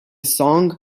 song